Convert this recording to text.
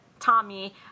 Tommy